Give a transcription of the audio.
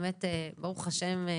ברוך השם,